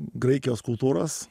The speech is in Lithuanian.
graikijos kultūros